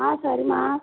ஆ சரிம்மா